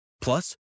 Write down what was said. Plus